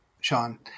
sean